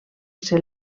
ser